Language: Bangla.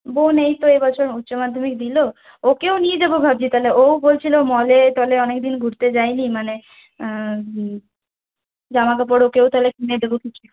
বোন এই তো এ বছর উচ্চ মাধ্যমিক দিল ওকেও নিয়ে যাব ভাবছি তাহলে ওও বলছিল মলে টলে অনেকদিন ঘুরতে যায়নি মানে জামাকাপড় ওকেও তাহলে কিনে দেবো কিছু